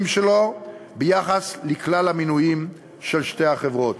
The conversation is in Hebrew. שלו ביחס לכלל המנויים של שתי החברות.